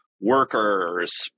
workers